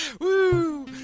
Woo